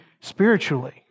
spiritually